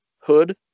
hood